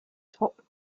top